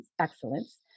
excellence